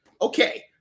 Okay